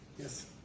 Yes